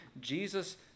Jesus